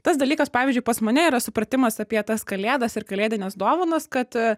tas dalykas pavyzdžiui pas mane yra supratimas apie tas kalėdas ir kalėdines dovanas kad